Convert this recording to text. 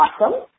awesome